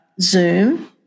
Zoom